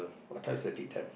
what time you serve tea time